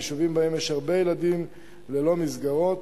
יישובים שבהם יש הרבה ילדים ללא מסגרות.